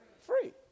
free